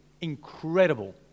incredible